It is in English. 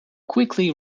quickly